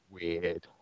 weird